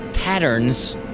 patterns